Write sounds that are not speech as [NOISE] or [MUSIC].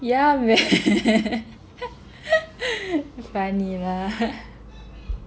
yeah man [LAUGHS] funny lah [LAUGHS]